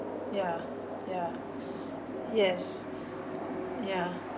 yeah yeah yes yeah